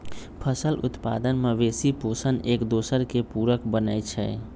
फसल उत्पादन, मवेशि पोशण, एकदोसर के पुरक बनै छइ